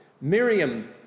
Miriam